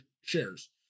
shares